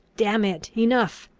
damn it, enough,